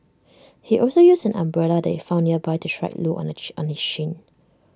he also used an umbrella that he found nearby to strike Loo on the shin on the shin